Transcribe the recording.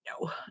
No